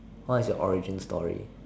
what is your origin story